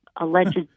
alleged